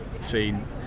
scene